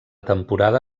temporada